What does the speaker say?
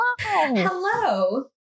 Hello